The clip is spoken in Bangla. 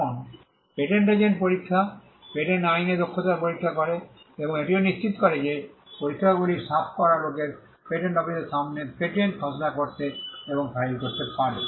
এখন পেটেন্ট এজেন্ট পরীক্ষা পেটেন্ট আইনে দক্ষতার পরীক্ষা করে এবং এটিও নিশ্চিত করে যে পরীক্ষাগুলি সাফ করা লোকেরা পেটেন্ট অফিসের সামনে পেটেন্ট খসড়া করতে এবং ফাইল করতে পারে